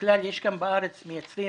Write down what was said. שבכלל בארץ מייצרים